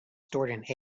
stored